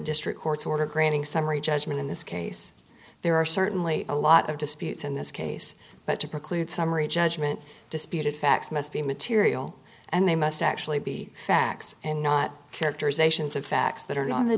district court's order granting summary judgment in this case there are certainly a lot of disputes in this case but to preclude summary judgment disputed facts must be material and they must actually be facts and not characterizations of facts that are not on the